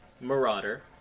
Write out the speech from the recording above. marauder